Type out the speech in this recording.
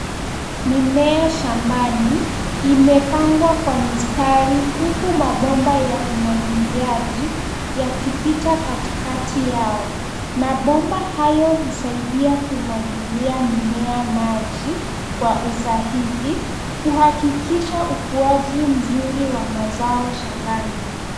Mimea shambani, imepangwa kwa mistari huku mabomba ya umwagiliaji yakipita katikati yao. Mabomba hayo husaidia kumwagilia mimea maji kwa usahihi, kuhakikisha ukuaji mzuri wa mazao shambani.